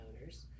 owners